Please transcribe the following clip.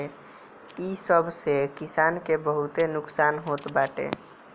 इ सब से किसान के बहुते नुकसान होत बाटे